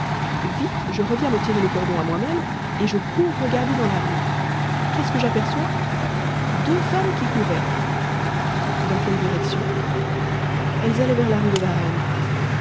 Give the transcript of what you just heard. vite je reviens me tirer le cordon à moi-même et je cours regarder dans la rue qu'est-ce que j'aperçois deux femmes qui couraient dans quelle direction elles allaient vers la rue de varennes